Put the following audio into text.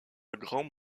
grand